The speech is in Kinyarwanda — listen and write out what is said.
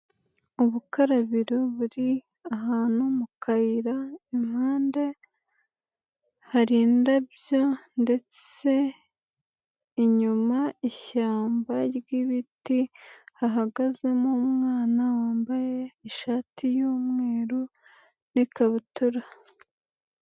Ubukarabiro buri ahantu mu kayira, impande hari indabyo ndetse inyuma ishyamba ry'ibiti, hagazemo umwana wambaye ishati y'umweru n'ikabutura.